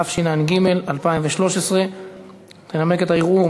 התשע"ג 2013. תנמק את הערעור,